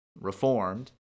reformed